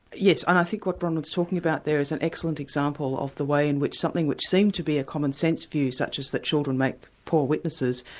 yes, and i think what bronwyn's talking about there is an excellent example of the way in which something which seemed to be a commonsense view, such as children make poor witnesses,